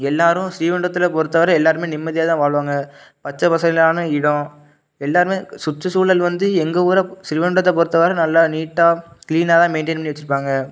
எல்லோரும் ஸ்ரீவைகுண்டத்தில் பொறுத்தை வரை எல்லோருமே நிம்மதியாக தான் வாழ்வாங்க பச்சை பசேலான இடம் எல்லோருமே சுற்றுசூழல் வந்து எங்கள் ஊரை ஸ்ரீவைகுண்டத்தை பொறுத்தை வரை நல்லா நீட்டாக க்ளீனாக தான் மெயின்டெயின் பண்ணி வச்சிருப்பாங்க